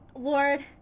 Lord